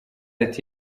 ati